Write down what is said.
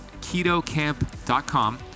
ketocamp.com